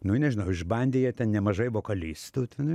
nu nežinau išbandė jie ten nemažai vokalistų tenai